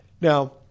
Now